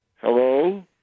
Hello